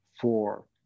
four